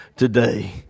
Today